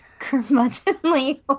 curmudgeonly